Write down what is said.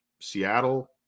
Seattle